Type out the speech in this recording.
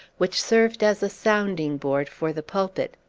which served as a sounding-board for the pulpit.